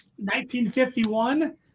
1951